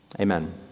Amen